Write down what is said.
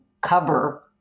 cover